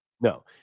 No